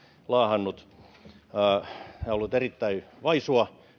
laahannut ja ollut erittäin vaisua